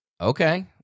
Okay